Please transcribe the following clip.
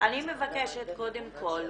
אני מבקשת קודם כל,